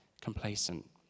complacent